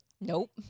Nope